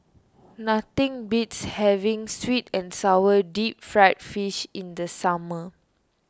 nothing beats having Sweet and Sour Deep Fried Fish in the summer